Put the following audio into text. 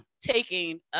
taking